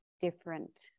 different